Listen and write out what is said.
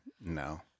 No